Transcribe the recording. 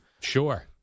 Sure